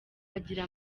agira